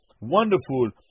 Wonderful